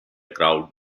crowd